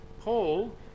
Paul